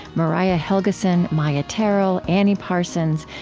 mariah helgeson, maia tarrell, annie parsons,